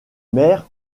mères